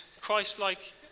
Christ-like